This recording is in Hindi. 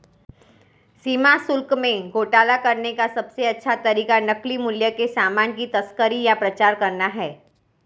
सीमा शुल्क में घोटाला करने का सबसे अच्छा तरीका नकली मूल्य के सामान की तस्करी या प्रचार करना है